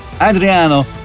Adriano